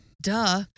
duh